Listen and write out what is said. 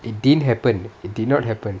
it didn't happen it did not happen